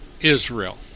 Israel